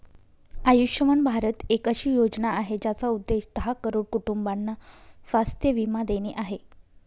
आयुष्यमान भारत एक अशी योजना आहे, ज्याचा उद्देश दहा करोड कुटुंबांना स्वास्थ्य बीमा देणे आहे